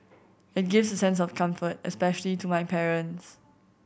it gives a sense of comfort especially to my parents